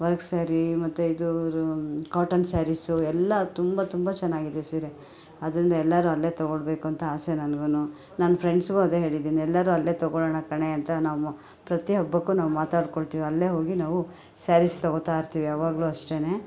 work sari ಮತ್ತು ಇದು cotton saris ಎಲ್ಲ ತುಂಬ ತುಂಬ ಚೆನ್ನಾಗಿದೆ ಸೀರೆ ಆದ್ದರಿಂದ ಎಲ್ಲರೂ ಅಲ್ಲೇ ತೊಗೊಳ್ಬೇಕು ಅಂತ ಆಸೆ ನನಗೂನು ನನ್ನ ಫ್ರೆಂಡ್ಸ್ಗು ಅದೇ ಹೇಳಿದ್ದೀನಿ ಎಲ್ಲರೂ ಅಲ್ಲೇ ತೊಗೊಳ್ಳೋಣ ಕಣೆ ಅಂತ ನಾವು ಪ್ರತಿ ಹಬ್ಬಕ್ಕೂ ನಾವು ಮಾತಾಡ್ಕೊಳ್ತೀವಿ ಅಲ್ಲೇ ಹೋಗಿ ನಾವು ಸ್ಯಾರೀಸ್ ತೊಗೊಳ್ತಾಯಿರ್ತೀವಿ ಯಾವಾಗಲು ಅಷ್ಟೇಯೇ